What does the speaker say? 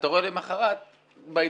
אתה רואה למחרת בעיתונים,